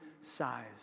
size